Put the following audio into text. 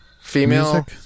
Female